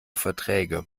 verträge